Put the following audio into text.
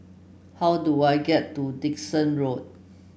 how do I get to Dickson Road